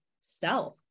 self